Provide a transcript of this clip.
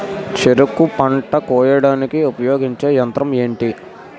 చెరుకు పంట కోయడానికి ఉపయోగించే యంత్రం ఎంటి?